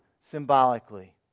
symbolically